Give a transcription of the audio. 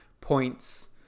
points